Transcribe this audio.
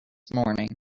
morning